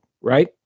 right